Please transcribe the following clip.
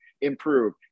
improve